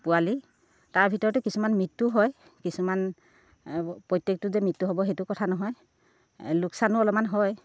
পোৱালি তাৰ ভিতৰতো কিছুমান মৃত্যু হয় কিছুমান প্ৰত্যেকটো যে মৃত্যু হ'ব সেইটো কথা নহয় লোকচানো অলপমান হয়